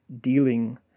dealing